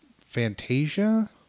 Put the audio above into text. Fantasia